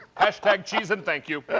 hash tag, cheese and thank you.